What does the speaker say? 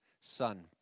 son